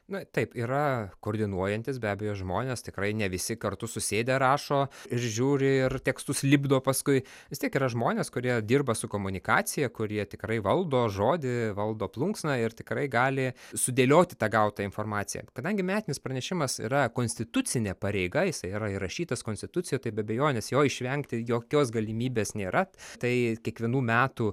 na taip yra koordinuojantys be abejo žmonės tikrai ne visi kartu susėdę rašo ir žiūri ir tekstus lipdo paskui vis tiek yra žmonės kurie dirba su komunikacija kurie tikrai valdo žodį valdo plunksną ir tikrai gali sudėlioti tą gautą informaciją kadangi metinis pranešimas yra konstitucinė pareiga jisai yra įrašytas konstitucijoj tai be abejonės jo išvengti jokios galimybės nėra tai kiekvienų metų